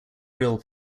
real